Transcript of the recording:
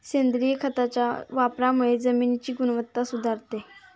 सेंद्रिय खताच्या वापरामुळे जमिनीची गुणवत्ता सुधारते